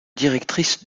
directrice